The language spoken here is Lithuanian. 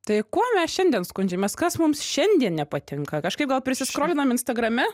tai kuo mes šiandien skundžiamės kas mums šiandien nepatinka kažkaip gal prisiskrolinom instagrame